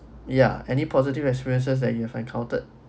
yeah any positive experiences that you've encountered